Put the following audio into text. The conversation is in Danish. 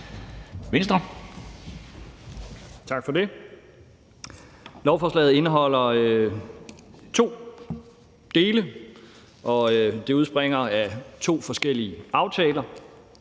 Tak for det. Lovforslaget indeholder to dele, og det udspringer af to forskellige aftaler.